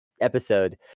episode